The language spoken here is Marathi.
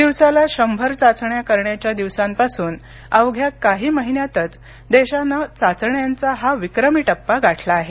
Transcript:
दिवसाला शंभर चाचण्या करण्याच्या दिवसांपासून अवघ्या काही महिन्यातच देशानं चाचण्यांचा हा विक्रमी टप्पा गाठला आहे